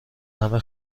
همه